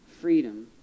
Freedom